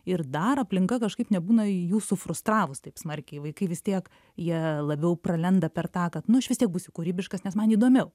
ir dar aplinka kažkaip nebūna jų sufrustravus taip smarkiai vaikai vis tiek jie labiau pralenda per tą kad nu aš vis tiek būsiu kūrybiškas nes man įdomiau